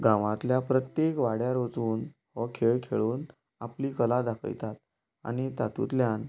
गांवातल्या प्रत्येक वाड्यार वचून हो खेळ खेळून आपली कला दाखयतात आनी तातूंतल्यान